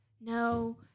No